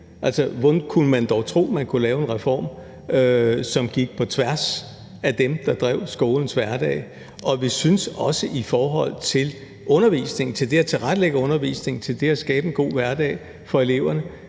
hvordan kunne man dog tro, at man kunne lave en reform, som gik på tværs af dem, der drev skolens hverdag? Og vi synes også i forhold til undervisningen, til det at tilrettelægge undervisningen, til det at skabe en god hverdag for eleverne,